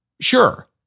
Sure